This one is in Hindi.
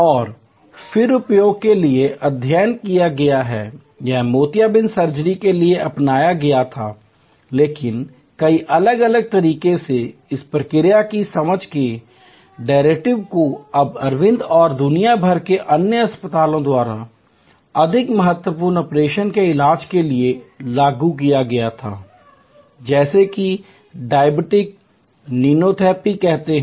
और फिर उपयोग के लिए अध्ययन किया गया है यह मोतियाबिंद सर्जरी के लिए अपनाया गया था लेकिन कई अलग अलग तरीकों से इस प्रक्रिया की समझ के डेरिवेटिव को तब अरविंद और दुनिया भर के अन्य अस्पतालों द्वारा अधिक महत्वपूर्ण ऑपरेशन के इलाज के लिए लागू किया गया था जैसे कि डायबिटिक नीनोपैथी कहते हैं